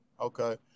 Okay